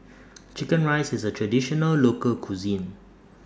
Chicken Rice IS A Traditional Local Cuisine